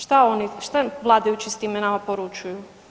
Šta oni, šta vladajući s time nama poručuju?